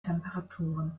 temperaturen